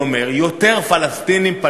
אל תדבר אתי על זכויות